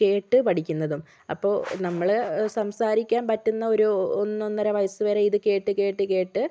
കേട്ട് പഠിക്കുന്നതും അപ്പോൾ നമ്മള് സംസാരിക്കാൻ പറ്റുന്ന ഒരു ഒന്നൊന്നര വയസ്സ് വരെ ഇത് കേട്ട് കേട്ട് കേട്ട്